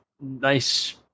nice